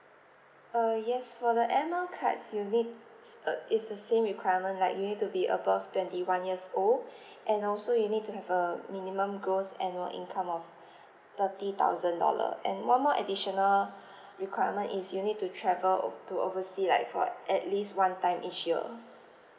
uh yes for the air mile cards you need uh it's the same requirement like you need to be above twenty one years old and also you need to have a minimum gross annual income of thirty thousand dollar and one more additional requirement is you need to travel o~ to oversea like for at least one time each year